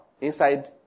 inside